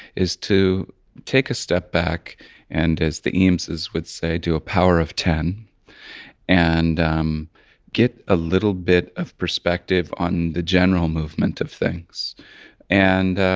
is to take a step back and as the eameses would say, do a power of ten and um get a little bit of perspective on the general movement of things and